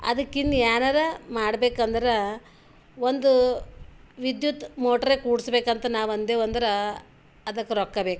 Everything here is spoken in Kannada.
ಅದಕ್ಕೆ ಇನ್ನು ಯಾರರ ಮಾಡ್ಬೇಕಂದ್ರೆ ಒಂದು ವಿದ್ಯುತ್ ಮೋಟ್ರೆ ಕೂಡ್ಸ್ಬೇಕಂತ ನಾವು ಅಂದೇವಂದ್ರೆ ಅದಕ್ಕೆ ರೊಕ್ಕ ಬೇಕು